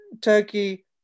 Turkey